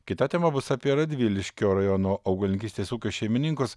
kita tema bus apie radviliškio rajono augalininkystės ūkio šeimininkus